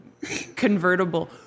convertible